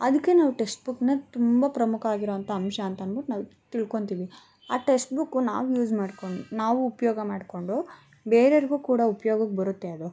ಅದಕ್ಕೆ ನಾವು ಟೆಕ್ಸ್ಟ್ ಬುಕ್ಕನ್ನ ತುಂಬ ಪ್ರಮುಖ ಆಗಿರೋ ಅಂತ ಅಂಶ ಅಂತ ಅಂದ್ಬಿಟ್ಟು ನಾವು ತಿಳ್ಕೊತೀವಿ ಆ ಟೆಕ್ಸ್ಟ್ ಬುಕ್ಕು ನಾವು ಯೂಸ್ ಮಾಡ್ಕೊಂಡು ನಾವು ಉಪಯೋಗ ಮಾಡಿಕೊಂಡು ಬೇರೆಯರ್ಗೂ ಕೂಡ ಉಪ್ಯೊಗಕ್ಕೆ ಬರುತ್ತೆ ಅದು